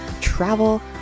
travel